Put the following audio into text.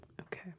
Okay